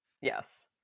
Yes